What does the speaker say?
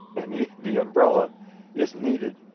and the the umbrella is needed.